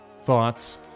thoughts